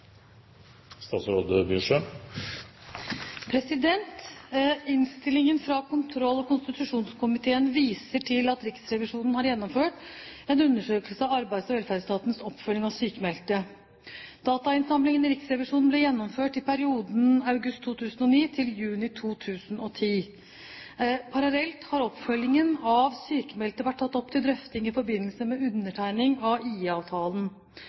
Innstillingen fra kontroll- og konstitusjonskomiteen viser til at Riksrevisjonen har gjennomført en undersøkelse av Arbeids- og velferdsetatens oppfølging av sykmeldte. Datainnsamlingen i Riksrevisjonen ble gjennomført i perioden august 2009 til juni 2010. Parallelt har oppfølgingen av sykmeldte vært tatt opp til drøfting i forbindelse med undertegning av